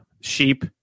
sheep